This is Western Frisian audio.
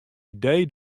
idee